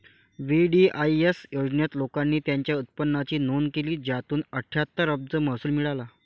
VDIS योजनेत, लोकांनी त्यांच्या उत्पन्नाची नोंद केली, ज्यातून अठ्ठ्याहत्तर अब्ज महसूल मिळाला